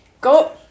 Go